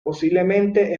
posiblemente